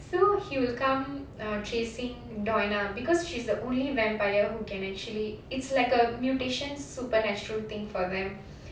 so he'll come uh chasing doina because she's the only vampire who can actually it's like a mutation supernatural thing for them